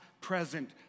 present